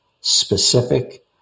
specific